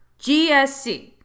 GSC